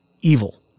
evil